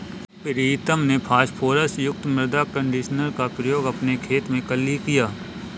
प्रीतम ने फास्फोरस युक्त मृदा कंडीशनर का प्रयोग अपने खेत में कल ही किया